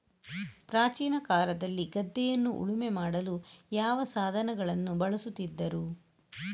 ಪ್ರಾಚೀನ ಕಾಲದಲ್ಲಿ ಗದ್ದೆಯನ್ನು ಉಳುಮೆ ಮಾಡಲು ಯಾವ ಸಾಧನಗಳನ್ನು ಬಳಸುತ್ತಿದ್ದರು?